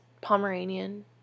Pomeranian